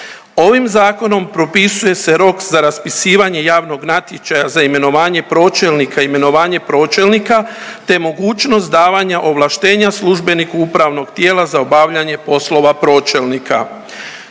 Ovim zakonom propisuje se rok za raspisivanje javnog natječaja za imenovanje pročelnika, imenovanje pročelnika te mogućnost davanja ovlaštenja službeniku upravnog tijela za obavljanje poslova pročelnika.